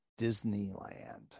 disneyland